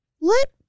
Let